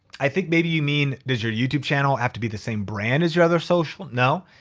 i think maybe you mean, does your youtube channel have to be the same brand as your other social? no,